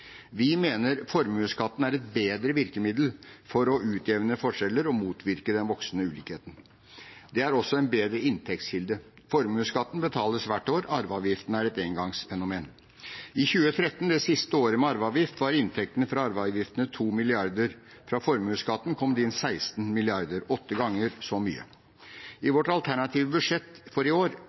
Vi mener formuesskatten er et bedre virkemiddel for å utjevne forskjeller og motvirke den voksende ulikheten. Det er også en bedre inntektskilde. Formuesskatten betales hvert år. Arveavgiften er et engangsfenomen. I 2013, det siste året med arveavgift, var inntektene fra arveavgiften på 2 mrd. kr. Fra formuesskatten kom det inn 16 mrd. kr, åtte ganger så mye. I vårt alternative budsjett for i år